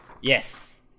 Yes